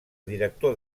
director